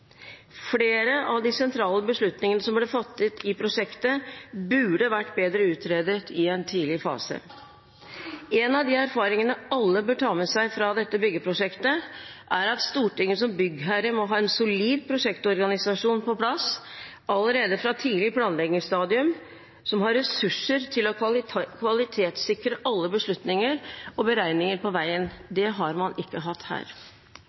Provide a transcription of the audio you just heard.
Flere av de sentrale beslutningene som ble fattet i prosjektet, burde vært bedre utredet i en tidlig fase. En av de erfaringene alle bør ta med seg fra dette byggeprosjektet, er at Stortinget som byggherre må ha en solid prosjektorganisasjon på plass allerede fra et tidlig planleggingsstadium som har ressurser til å kvalitetssikre alle beslutninger og beregninger på veien. Det har man ikke hatt her.